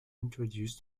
introduced